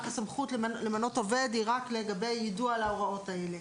הסמכות למנות עובד היא רק לגבי יידוע על ההוראות האלה.